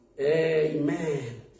amen